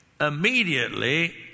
immediately